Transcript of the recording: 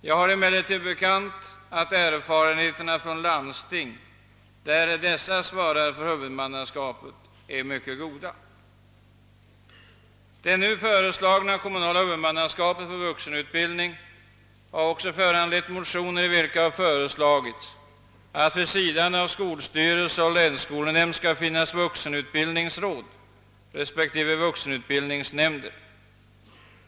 Det är mig emellertid bekant att erfarenheterna från landsting, som svarar för huvudmannaskapet, är mycket goda. Det nu föreslagna kommunala huvudmannaskapet för vuxenutbildning har också föranlett motioner i vilka har föreslagits att vid sidan av skolstyrelse och länsskolnämnd skall finnas vuxenutbildningsråd respektive vuxenutbildningsnämnder.